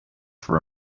for